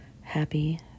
happy